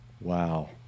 Wow